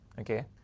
okay